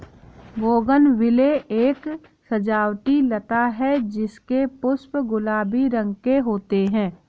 bougainvillea एक सजावटी लता है जिसके पुष्प गुलाबी रंग के होते है